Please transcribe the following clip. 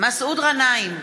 מסעוד גנאים,